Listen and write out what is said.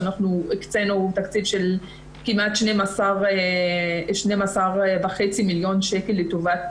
הקצינו תקציב של כמעט 12.5 מיליון שקלים לטובת